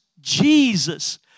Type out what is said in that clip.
Jesus